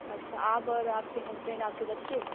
अच्छा आप और आपके हस्बैंड आपके बच्चे